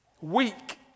Weak